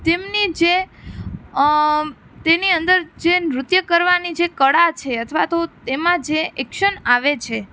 તેમની જે તેની અંદર જે નૃત્ય કરવાની જે કળા છે અથવા તો તેમાં જે એક્શન આવે છે